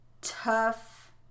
tough